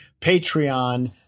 Patreon